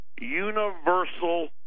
Universal